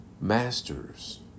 Masters